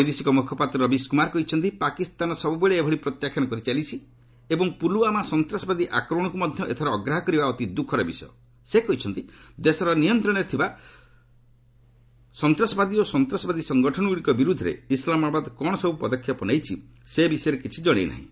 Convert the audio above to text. ବୈଦେଶିକ ମୁଖପାତ୍ର ରବିଶ କ୍ରମାର କହିଛନ୍ତି ପାକିସ୍ତାନ ସବୁବେଳେ ଏଭଳି ପ୍ରତ୍ୟାଖ୍ୟାନ କରି ଚାଲିଛି ଏବଂ ପୁଲୱାମା ସନ୍ତାସବାଦୀ ଆକ୍ରମଣକ୍ତ ମଧ୍ୟ ଏଥର ଅଗ୍ରାହ୍ୟ କରିବା ଅତି ଦୃଃଖର ବିଷୟ ସେ କହିଛନ୍ତି ସେ ଦେଶର ନିୟନ୍ତ୍ରଣରେ ଥିବା ସନ୍ତାସବାଦୀ ଓ ସନ୍ତାସବାଦୀ ସଂଗଠନଗୁଡ଼ିକ ବିରୁଦ୍ଧରେ ଇସଲାମାବାଦ କ'ଣ ସବୁ ପଦକ୍ଷେପ ନେଇଛି ସେ ବିଷୟରେ କିଛି କଶାଇ ନାହିଁ